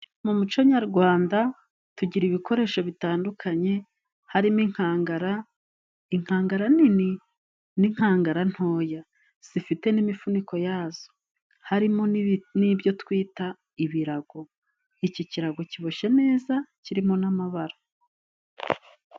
Mu muco nyarwanda tugira ibikoresho bitandukanye harimo inkangara. Inkangara nini n'inkangara ntoya zifite n'imifuniko yazo harimo n'ibyo twita ibirago. Iki kirago kiboshe neza kirimo n'amabara.